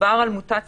מדובר על מוטציה